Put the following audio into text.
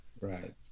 Right